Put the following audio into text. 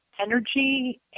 energy